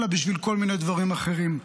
אלא בשביל כל מיני דברים אחרים.